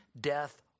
death